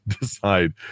decide